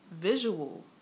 visual